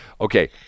Okay